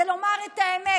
זה לומר את האמת.